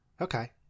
Okay